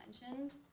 mentioned